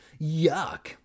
Yuck